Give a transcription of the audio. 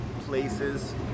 places